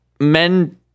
men